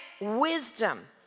wisdom